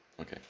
Okay